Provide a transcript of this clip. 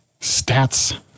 Stats